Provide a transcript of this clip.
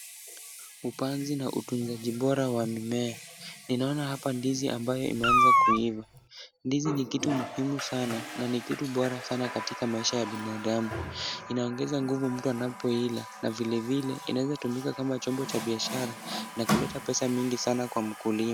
Upanzi na utunzaji bora wa mimea. Ninaona hapa ndizi ambayo imeanza kuiva. Ndizi ni kitu muhimu sana na ni kitu bora sana katika maisha ya binadamu. Inaongeza nguvu mtu anapoila na vilevile inawezatumika kama chombo cha biashara na kuleta pesa mingi sana kwa mkulima.